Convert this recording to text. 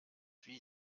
wie